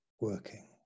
working